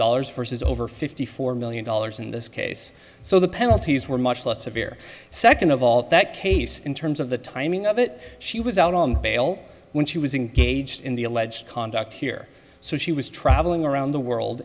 dollars versus over fifty four million dollars in this case so the penalties were much less severe second of all that case in terms of the timing of it she was out on bail when she was engaged in the alleged conduct here so she was traveling around the world